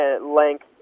length